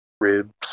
Ribs